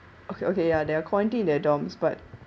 okay okay ya they're quarantining in their dorms but